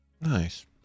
Nice